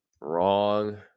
wrong